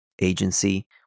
agency